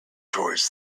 towards